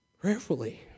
prayerfully